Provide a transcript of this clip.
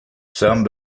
some